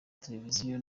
televiziyo